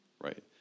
right